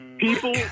People